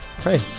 hey